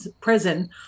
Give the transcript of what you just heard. prison